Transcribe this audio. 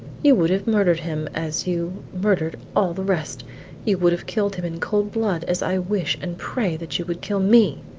you would have murdered him, as you murdered all the rest you would have killed him in cold blood, as i wish and pray that you would kill me!